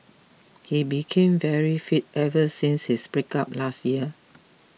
he became very fit ever since his breakup last year